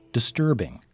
disturbing